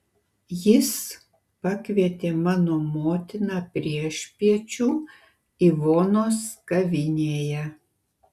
jis pakvietė mano motiną priešpiečių ivonos kavinėje